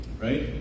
Right